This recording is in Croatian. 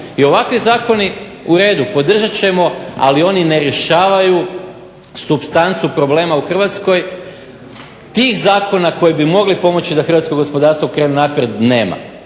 i ovakvi zakoni, uredu, podržat ćemo, ali oni ne rješavaju supstancu problema u Hrvatskoj tih zakona koji bi mogli pomoći da hrvatsko gospodarstvo krene naprijed, nema.